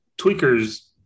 tweakers